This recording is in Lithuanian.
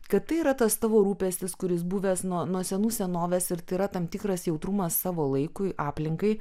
kad tai yra tas tavo rūpestis kuris buvęs nuo nuo senų senovės ir tai yra tam tikras jautrumas savo laikui aplinkai